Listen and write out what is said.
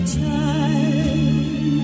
time